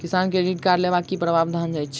किसान credit card लेबाक की प्रावधान छै?